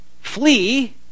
flee